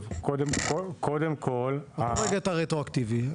תוריד רגע את הרטרואקטיבי,